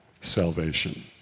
salvation